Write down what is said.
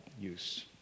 use